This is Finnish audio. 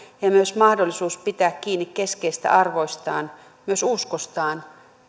ja myös mahdollisuus pitää kiinni keskeisistä arvoistaan myös uskostaan